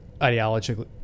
ideologically